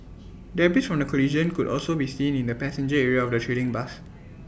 debris from the collision could also be seen in the passenger area of the trailing bus